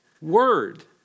word